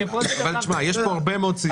יש פה הרבה מאוד סעיפים.